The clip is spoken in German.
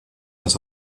das